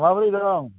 माबोरै दं